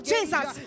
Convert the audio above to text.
Jesus